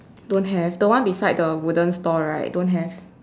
don't have the one beside the wooden store right don't have